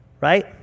right